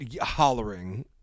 hollering